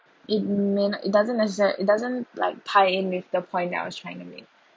it may not it doesn't necessa~ it doesn't like tie in with the point that I was trying to make